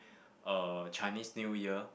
uh Chinese New Year